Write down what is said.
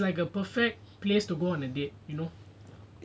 and it's like a perfect place to go on a date you know